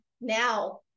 now